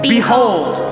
Behold